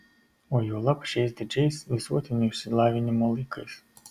o juolab šiais didžiais visuotinio išsilavinimo laikais